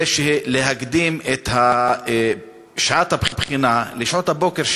זה להקדים את שעת הבחינה לשעות הבוקר,